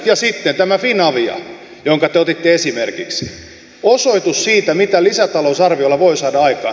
ja sitten tämä finavia jonka te otitte esimerkiksi osoitus siitä mitä lisätalousarviolla voi saada aikaan